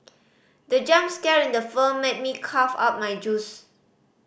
the jump scare in the film made me cough out my juice